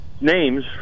names